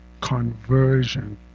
conversion